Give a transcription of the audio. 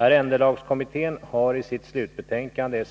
Arrendelagskommittén har i sitt slutbetänkande